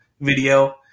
video